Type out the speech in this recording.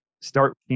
start